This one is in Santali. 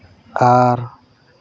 ᱟᱨ